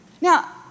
Now